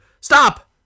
stop